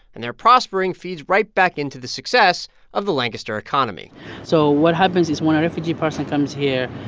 and their prospering feeds right back into the success of the lancaster economy so what happens is when a refugee person comes here,